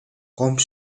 гомбо